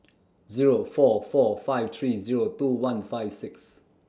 Zero four four five three Zero two one five six